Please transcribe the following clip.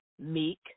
meek